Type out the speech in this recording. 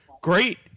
Great